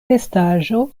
vestaĵo